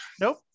Nope